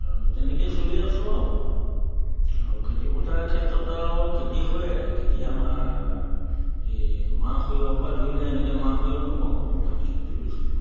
আৰু তেনেকৈয়ে চলি আছোঁ আৰু আৰু খেতিপথাৰৰ ক্ষেত্ৰত আৰু খেতি সেয়াই খেতি আমাৰ এই মাহ সৰিয়হৰ পৰা ধৰিলে এনেকৈ মাহ সৰিয়হটো কম কৰোঁ ধান খেতিটো বেছি কৰোঁ